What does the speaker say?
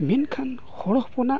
ᱢᱮᱱᱠᱷᱟᱱ ᱦᱚᱲᱦᱚᱯᱚᱱᱟᱜ